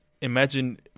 imagine